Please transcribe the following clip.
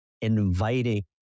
inviting